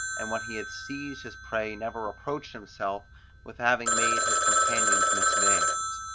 and when he had seized his prey never reproached himself with having made his companions miss theirs.